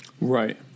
Right